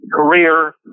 career